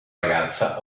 ragazza